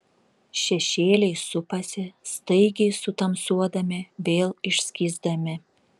šešėliai supasi staigiai sutamsuodami vėl išskysdami